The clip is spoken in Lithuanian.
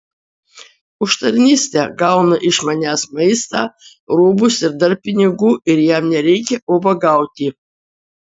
už tarnystę gauna iš manęs maistą rūbus ir dar pinigų ir jam nereikia ubagauti